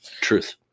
Truth